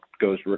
goes